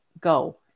go